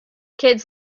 kids